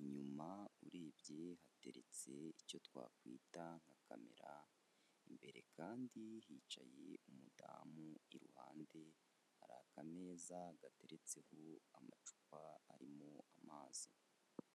inyuma urebye hateretse icyo twakwita nka camera, imbere kandi hicaye umudamu iruhande hari akameza gateretseho amacupa arimo amazi.